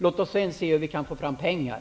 Låt oss sedan se hur vi kan få fram pengar.